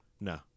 No